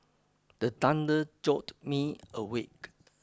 the thunder jolt me awake